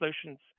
solutions